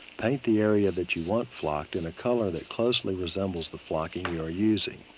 paint the area that you want flocked in a color that closely resembles the flocking you are using.